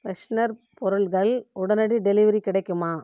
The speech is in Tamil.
ஃப்ரெஷ்னர் பொருள்கள் உடனடி டெலிவரி கிடைக்குமா